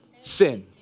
sin